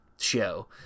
show